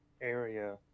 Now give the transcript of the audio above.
area